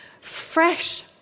fresh